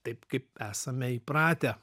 taip kaip esame įpratę